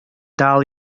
dal